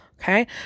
okay